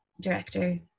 director